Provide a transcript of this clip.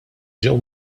ġew